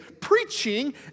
preaching